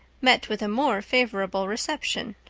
met with a more favorable reception.